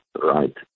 right